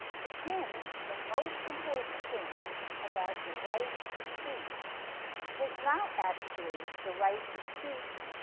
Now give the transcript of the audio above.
to him the most important thing about the right to speech was not actually the right to speak,